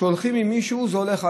כשהולכים עם מישהו, זה הולך הלאה.